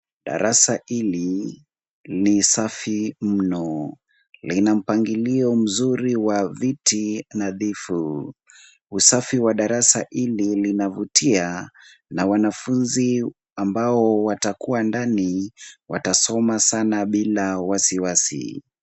Darasa hili ni safi mno. Lina mpangilio mzuri wa viti nadhifu. Usafi wa darasa hili linavutia na wanafunzi ambao watakuwa ndani watasoma sana bila wasiwasi.